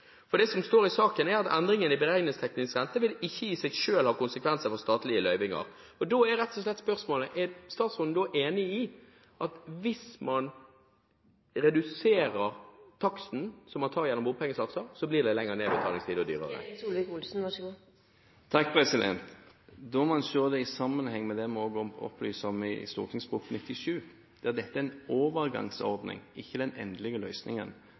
ikke det som står i saken. Det som står i saken, er at endringene i beregningsteknisk rente ikke i seg selv vil ha konsekvenser for statlige løyvinger. Da er rett og slett spørsmålet: Er statsråden enig i at hvis man reduserer taksten som man tar gjennom bompengesatser, blir det lengre nedbetalingstid og dermed dyrere? Da må man se det i sammenheng med det vi opplyser om i Prop. S 97, at dette er en overgangsordning, ikke den endelige løsningen.